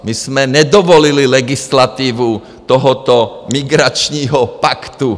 My jsme nedovolili legislativu tohoto migračního paktu,.